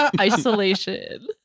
Isolation